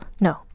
no